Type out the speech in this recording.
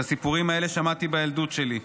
את הסיפורים האלה שמעתי בילדות שלי.